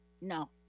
No